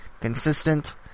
consistent